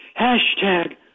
Hashtag